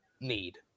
need